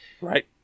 Right